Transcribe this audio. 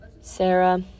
Sarah